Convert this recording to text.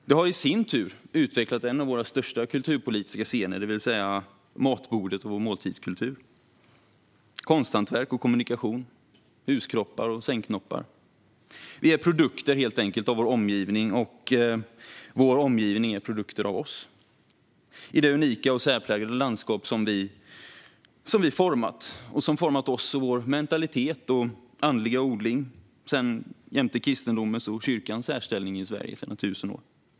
Detta har i sin tur utvecklat en av våra största kulturpolitiska scener, det vill säga matbordet och måltidskulturen. Det gäller även konsthantverk och kommunikation, huskroppar och sängknoppar. Vi är helt enkelt produkter av vår omgivning, och vår omgivning är produkter av oss i det unika och särpräglade landskap som vi har format och som har format oss och vår mentalitet och andliga odling, jämte kristendomens och kyrkans särställning i Sverige sedan tusen år.